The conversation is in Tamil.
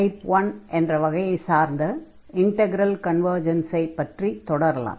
டைப் 1 என்ற வகையைச் சார்ந்த இன்டக்ரல் கன்வர்ஜன்ஸை பற்றித் தொடரலாம்